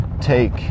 take